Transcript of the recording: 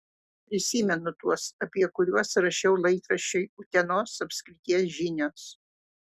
prisimenu tuos apie kuriuos rašiau laikraščiui utenos apskrities žinios